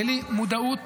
בלי מודעות